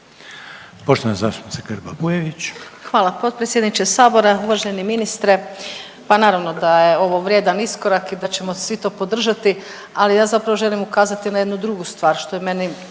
**Grba-Bujević, Maja (HDZ)** Hvala potpredsjedniče sabora. Uvaženi ministre pa naravno da je ovo vrijedan iskorak i da ćemo svi to podržati, ali ja zapravo želim ukazati na jednu drugu stvar što je meni,